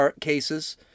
cases